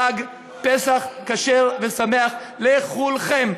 חג פסח כשר ושמח לכולכם,